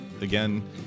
again